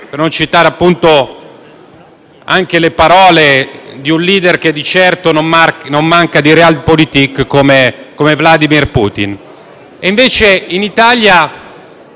potrebbero citare anche le parole di un *leader* che di certo non manca di *Realpolitik*, come Vladimir Putin).